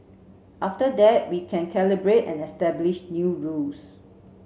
after that we can calibrate and establish new rules